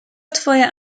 twoja